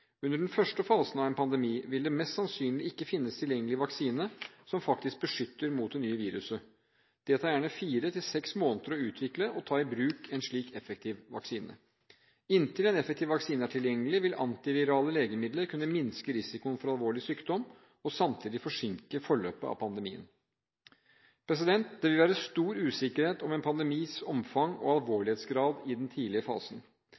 Under den første fasen av en pandemi vil det mest sannsynlig ikke finnes tilgjengelig vaksine som faktisk beskytter mot det nye viruset. Det tar gjerne fire til seks måneder å utvikle og ta i bruk en slik effektiv vaksine. Og endelig: Inntil en effektiv vaksine er tilgjengelig, vil antivirale legemidler kunne minske risikoen for alvorlig sykdom og samtidig forsinke forløpet av pandemien. Det vil være stor usikkerhet om en pandemis omfang og alvorlighetsgrad i den tidlige fasen.